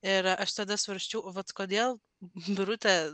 ir aš tada svarsčiau vat kodėl birutė